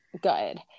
good